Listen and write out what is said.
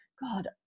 God